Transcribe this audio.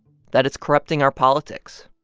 that it's corrupting our politics.